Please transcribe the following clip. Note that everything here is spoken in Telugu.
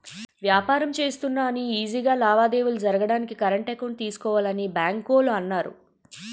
వ్యాపారం చేస్తున్నా అని ఈజీ గా లావాదేవీలు జరగడానికి కరెంట్ అకౌంట్ తీసుకోవాలని బాంకోల్లు అన్నారు